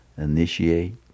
initiate